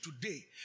today